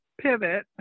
pivot